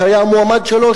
שהיה המועמד שלו,